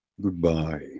goodbye